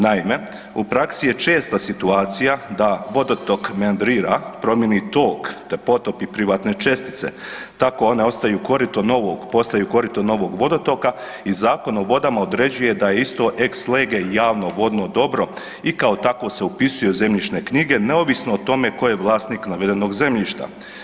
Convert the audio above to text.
Naime, u praksi je česta situacija da vodotok membrira promjeni tok te potopi privatne čestice, tako one postaju korito novog vodotoka i Zakon o vodama određuje da je isto ex lege javno vodno dobro i kao takvo se upisuje u zemljišne knjige neovisno o tome tko je vlasnik navedenog zemljišta.